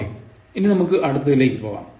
ശരി ഇനി നമുക്ക് അടുത്തതിലേക്ക് പോകാം